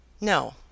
No